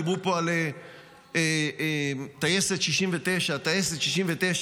דיברו פה על טייסת 69. טייסת 69,